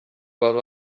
about